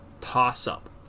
toss-up